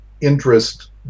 interest